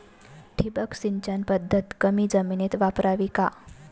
ठिबक सिंचन पद्धत कमी जमिनीत वापरावी का?